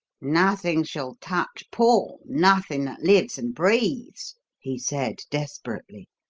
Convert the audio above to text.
nothing shall touch paul nothing that lives and breathes he said, desperately.